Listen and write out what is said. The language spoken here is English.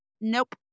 nope